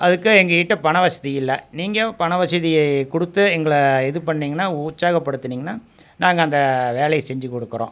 அதுக்கு எங்கக்கிட்ட பணவசதி இல்லை நீங்கள் பணவசதியை கொடுத்து எங்களை இது பண்ணிங்கன்னா உற்சாகப்படுத்துனிங்கன்னால் நாங்கள் அந்த வேலையை செஞ்சிக்கொடுக்குறோம்